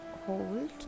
hold